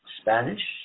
Spanish